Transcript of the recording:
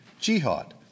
jihad